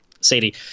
Sadie